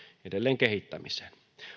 edelleen kehittämiseen